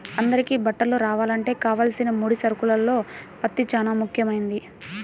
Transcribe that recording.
అందరికీ బట్టలు రావాలంటే కావలసిన ముడి సరుకుల్లో పత్తి చానా ముఖ్యమైంది